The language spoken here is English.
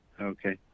Okay